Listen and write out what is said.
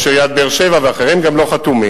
ראש עיריית באר-שבע וגם אחרים לא חתומים,